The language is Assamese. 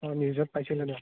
অঁ নিউজত পাইছিলোঁ দিয়ক